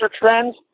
trends